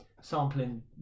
sampling